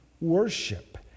worship